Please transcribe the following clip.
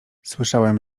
słyszałem